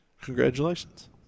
congratulations